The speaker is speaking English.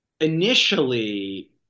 Initially